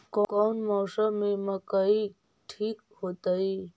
कौन मौसम में मकई ठिक होतइ?